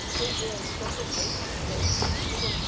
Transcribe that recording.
it is social posts. those single,